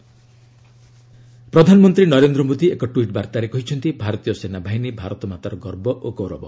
PM army ପ୍ରଧାନମନ୍ତ୍ରୀ ନରେନ୍ଦ୍ର ମୋଦି ଏକ tweet ବାର୍ତ୍ତାରେ କହିଛନ୍ତି ଭାରତୀୟ ସେନାବାହିନୀ ଭାରତମାତାର ଗର୍ବ ଓ ଗୌରବ